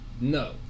No